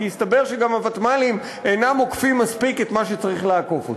כי יסתבר שגם הוותמ"לים אינם עוקפים מספיק את מה שצריך לעקוף.